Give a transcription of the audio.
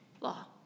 law